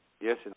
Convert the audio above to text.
Yes